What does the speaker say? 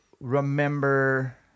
remember